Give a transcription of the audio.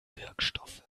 wirkstoffe